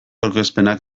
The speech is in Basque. aurkezpenak